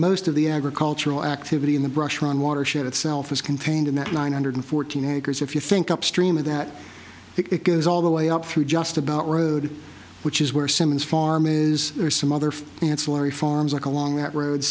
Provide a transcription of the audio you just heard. most of the agricultural activity in the brush run watershed itself is contained in that nine hundred fourteen acres if you think upstream of that it goes all the way up through just about road which is where simmons farm is or some other ancillary farms like along that road